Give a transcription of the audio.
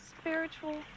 Spiritual